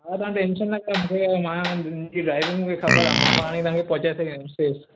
हा तव्हां टेंशन न कयो मूंखे मां मुंहिंजी ड्राइविंग मूंखे ख़बर आहे मां पाणे ई तव्हांखे पहुचाए सघींदुसि सेफ़